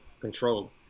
control